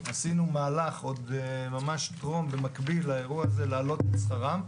עשינו מהלך עוד ממש טרום במקביל לאירוע הזה להעלות את שכרם.